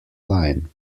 line